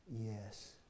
yes